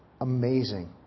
amazing